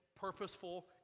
purposeful